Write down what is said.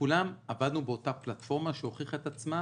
ובכולם עבדנו באותה פלטפורמה שהוכיחה את עצמה,